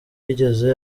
yigeze